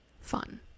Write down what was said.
fun